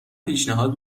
پیشنهاد